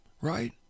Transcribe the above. right